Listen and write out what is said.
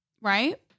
Right